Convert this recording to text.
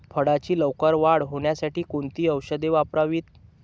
फळाची लवकर वाढ होण्यासाठी कोणती औषधे वापरावीत?